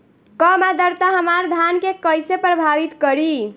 कम आद्रता हमार धान के कइसे प्रभावित करी?